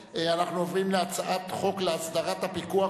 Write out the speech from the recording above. הצעת חוק הכנסת (תיקון,